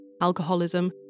alcoholism